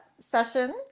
session